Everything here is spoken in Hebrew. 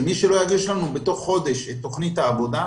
שמי שלא יגיש לנו את תכנית העבודה,